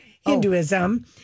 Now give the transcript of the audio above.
Hinduism